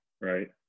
Right